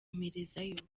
mperezayo